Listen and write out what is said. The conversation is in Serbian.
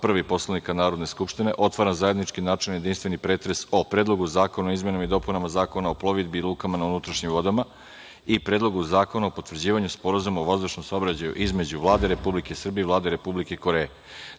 1. Poslovnika Narodne skupštine, otvaram zajednički načelni jedinstveni pretres o Predlogu zakona o izmenama i dopunama Zakona o plovidbi i lukama na unutrašnjim vodama i Predlogu zakona o potvrđivanju Sporazuma o vazdušnom saobraćaju između Vlade Republike Srbije i Vlade Republike Koreje. Da